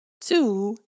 two